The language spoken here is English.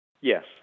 Yes